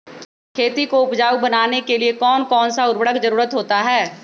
खेती को उपजाऊ बनाने के लिए कौन कौन सा उर्वरक जरुरत होता हैं?